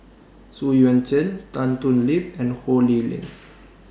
Xu Yuan Zhen Tan Thoon Lip and Ho Lee Ling